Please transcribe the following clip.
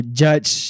judge